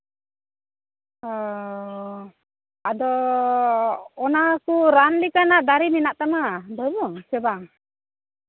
ᱚᱸᱻ ᱟᱫᱚ ᱚᱱᱟ ᱠᱚ ᱨᱟᱱ ᱞᱮᱠᱟᱱᱟᱜ ᱫᱟᱨᱮ ᱢᱮᱱᱟᱜ ᱛᱟᱢᱟ ᱵᱟᱹᱱᱩᱜᱼᱟ ᱥᱮ ᱵᱟᱝ